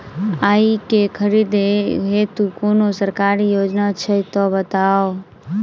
आइ केँ खरीदै हेतु कोनो सरकारी योजना छै तऽ बताउ?